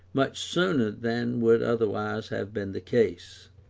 much sooner than would otherwise have been the case.